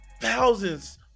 thousands